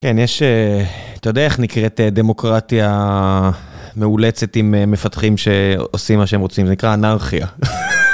כן יש, אתה יודע איך נקראת דמוקרטיה מאולצת עם מפתחים שעושים מה שהם רוצים, זה נקרא אנרכיה.